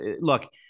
Look